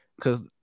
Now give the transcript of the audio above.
Cause